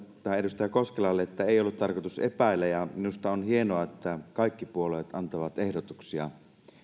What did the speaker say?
edustaja koskelalle ei ollut tarkoitus epäillä ja minusta on hienoa että kaikki puolueet antavat ehdotuksia